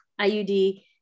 IUD